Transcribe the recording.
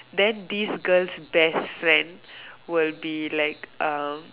then this girl's best friend will be like uh